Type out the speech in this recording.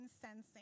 sensing